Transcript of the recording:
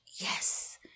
Yes